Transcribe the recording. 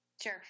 Sure